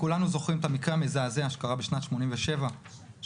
כולנו זוכרים את המקרה המזעזע שקרה בשנת 1987 של